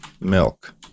milk